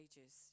ages